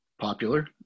popular